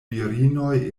virinoj